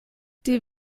die